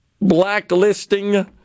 Blacklisting